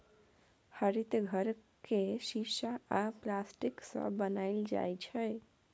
हरित घर केँ शीशा आ प्लास्टिकसँ बनाएल जाइ छै